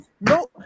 No